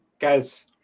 Guys